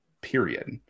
period